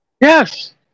Yes